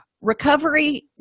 Recovery